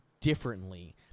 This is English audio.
differently